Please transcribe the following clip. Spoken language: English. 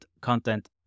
content